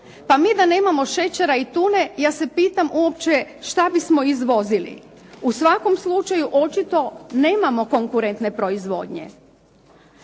Pa mi da nemamo šećera i tune ja se pitam uopće šta bismo izvozili? U svakom slučaju očito nemamo konkurentne proizvodnje.